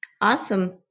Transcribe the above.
Awesome